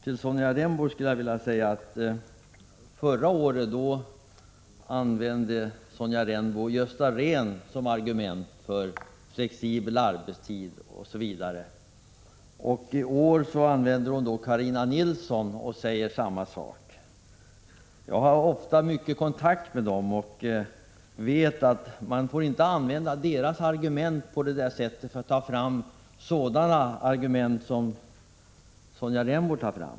Herr talman! Förra året hänvisade Sonja Rembo till Gösta Rehn när hon argumenterade för flexibel arbetstid osv. I år hänvisar hon till Carina Nilsson i samma syfte. Jag har ofta kontakt med dessa personer och vet att man inte kan använda deras argument som stöd för sådana åsikter som Sonja Rembo för fram.